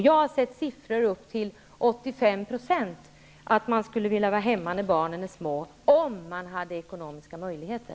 Jag har sett siffror på att upp till 85 % skulle vilja vara hemma när barnen är små -- om de hade ekonomiska möjligheter.